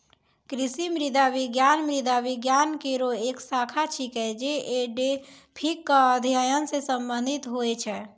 कृषि मृदा विज्ञान मृदा विज्ञान केरो एक शाखा छिकै, जे एडेफिक क अध्ययन सें संबंधित होय छै